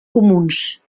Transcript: comuns